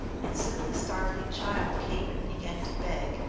and soon the starveling child came and began to beg,